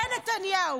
אין נתניהו.